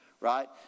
right